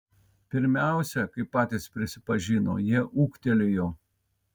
pirmiausia kaip patys prisipažino jie ūgtelėjo